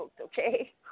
Okay